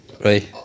right